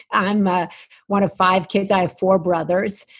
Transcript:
i'm ah one of five kids. i have four brothers.